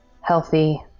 healthy